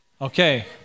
okay